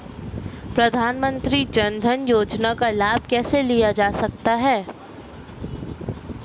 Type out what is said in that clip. प्रधानमंत्री जनधन योजना का लाभ कैसे लिया जा सकता है?